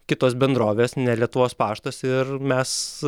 kitos bendrovės ne lietuvos paštas ir mes